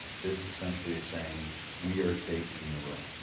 this essentially is saying we are taking the room.